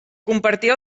compartir